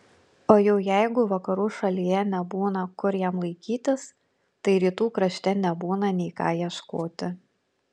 o jau jeigu vakarų šalyje nebūna kur jam laikytis tai rytų krašte nebūna nei ką ieškoti